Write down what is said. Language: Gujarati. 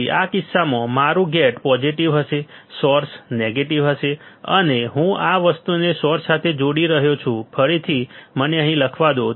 પછી આ કિસ્સામાં મારું ગેટ પોઝીટીવ હશે સોર્સ નેગેટિવ હશે અને હું આ વસ્તુને સોર્સ સાથે જોડી રહ્યો છું ફરીથી મને અહીં લખવા દો